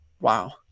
wow